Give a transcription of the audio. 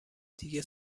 دیگه